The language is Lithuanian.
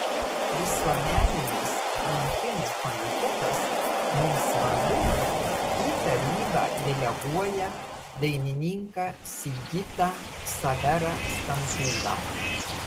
visuomeninis rinkimų komitetas mums svarbu į tarybą deleguoja dainininką sigitą ksaverą stankūną